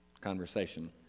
conversation